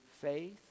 faith